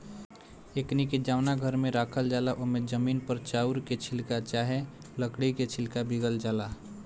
एकनी के जवना घर में राखल जाला ओमे जमीन पर चाउर के छिलका चाहे लकड़ी के छिलका बीगल जाला